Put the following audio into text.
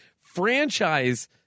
franchise